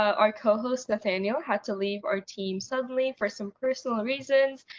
our co-host nathaneal had to leave our team suddenly for some personal reasons.